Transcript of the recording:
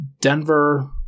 Denver